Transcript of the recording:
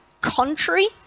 contrary